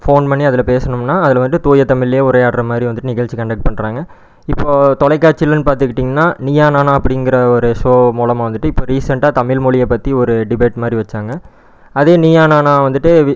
phone பண்ணி அதில் பேசணும்னா அதில் வந்து தூய தமிழ்ல உரையாடுகிற மாதிரி வந்துவிட்டு நிகழ்ச்சி கண்டெக்ட் பண்ணுறாங்க இப்போ தொலைக்காட்சியிலன்னு பார்த்துக்கிட்டீங்கன்னா நீயா நானா அப்படிங்கிற ஒரு ஷோ மூலமாக வந்துவிட்டு இப்போ ரீசென்ட்டாக தமிழ் மொழியை பற்றி ஒரு டிபேட் மாதிரி வச்சாங்க அதே நீயா நானா வந்துவிட்டு வி